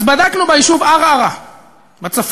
אז בדקנו ביישוב ערערה בצפון,